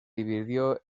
dividió